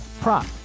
prop